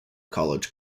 college